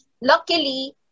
Luckily